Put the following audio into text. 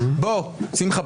שמחה,